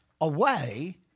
away